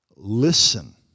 Listen